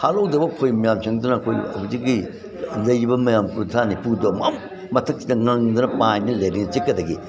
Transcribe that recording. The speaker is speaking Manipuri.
ꯍꯥꯠꯍꯧꯗꯕ ꯈꯣꯏ ꯃꯌꯥꯝꯁꯤꯡꯗꯨꯅ ꯑꯩꯈꯣꯏ ꯑꯗꯨꯗꯒꯤ ꯂꯩꯔꯤꯕ ꯃꯌꯥꯝ ꯀꯨꯟꯊ꯭ꯔꯥ ꯅꯤꯐꯨꯗꯣ ꯑꯃꯨꯛ ꯃꯊꯛꯁꯤꯗ ꯉꯪꯗꯅ ꯄꯥꯏꯗꯅ ꯂꯩꯔꯦ ꯆꯤꯛꯀꯗꯒꯤ